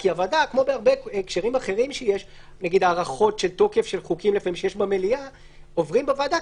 כי נניח הארכות של תוקף של חוקים לפעמים שיש במליאה עוברים בוועדה,